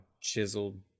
chiseled